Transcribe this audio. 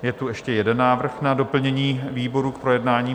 Je tu ještě jeden návrh na doplnění výboru k projednání.